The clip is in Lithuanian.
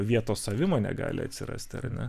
vietos savimonė gali atsirasti ar ne